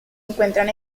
encuentran